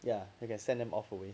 ya you can send them all away